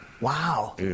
Wow